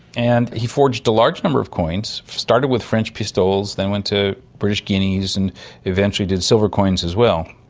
and he forged a large number of coins. he started with french pistoles, then went to british guineas, and eventually did silver coins as well.